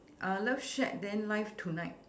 uh love shack then live tonight